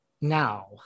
Now